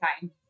time